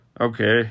Okay